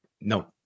No